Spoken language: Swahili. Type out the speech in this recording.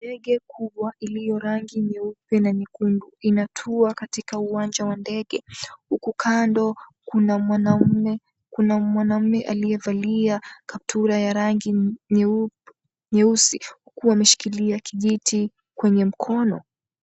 Ndege kubwa iliyo rangi nyeupe na nyekundu inatua katika uwanja wa ndege huku kando kuna mwanaume aliyevalia kaptura ya rangi nyeusi huku ameshikilia kijiti kwenye mkono.